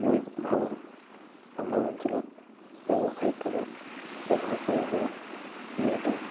মই ভাবো আমাৰ অঞ্চলত ব্যৱসায়িক কামত ব্যৱসায় কৰিব পৰা ই এটা